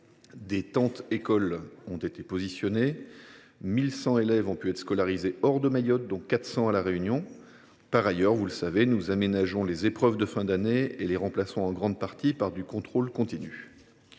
des « tentes écoles » ont été positionnées. En outre, 1 100 élèves ont pu être scolarisés hors de Mayotte, dont 400 à La Réunion. Par ailleurs, vous le savez, nous aménageons les épreuves de fin d’année et les remplaçons en grande partie par du contrôle continu.